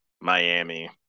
Miami